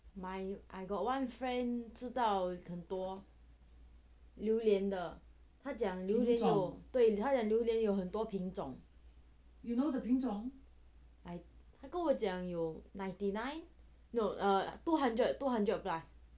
I I got one friend 知道很多榴莲的他讲对他讲榴莲有很多品种他跟我讲有 ninety nine no err two hundred two hundred plus